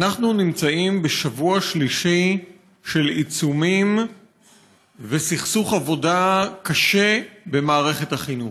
אנחנו נמצאים בשבוע שלישי של עיצומים וסכסוך עבודה קשה במערכת החינוך.